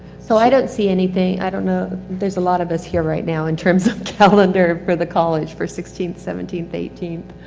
so i don't see anything, i don't know if there's a lot of us here right now in terms of talent there for the college for sixteenth, seventeenth, eighteenth.